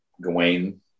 Gawain